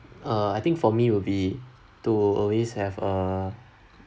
uh I think for me will be to always have a